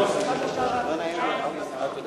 ההצעה